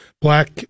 black